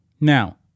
Now